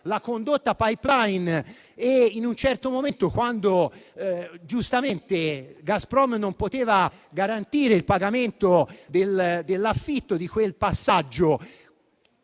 la condotta *pipeline*; in un certo momento, quando Gazprom non poteva garantire il pagamento dell'affitto di quel passaggio,